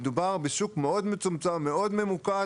מדובר בשוק מאוד מצומצם וממוקד,